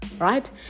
right